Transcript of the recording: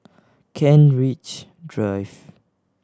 Kent Ridge Drive